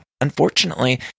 Unfortunately